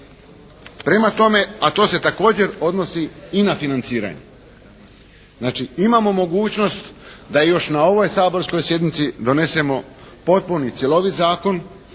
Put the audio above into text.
Prema tome, a to se također odnosi i na financiranje. Znači imamo mogućnost da još na ovoj saborskoj sjednici donesemo potpuni cjeloviti zakon